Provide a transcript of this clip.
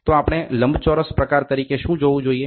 તો આપણે લંબચોરસ પ્રકાર તરીકે શું જોવું જોઈએ